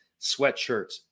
sweatshirts